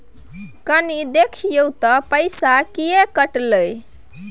कनी देखियौ त पैसा किये कटले इ?